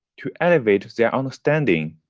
to elevate their understanding,